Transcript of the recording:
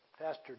Pastor